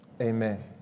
Amen